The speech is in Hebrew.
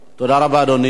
תודה רבה, אדוני.